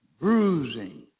bruising